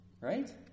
Right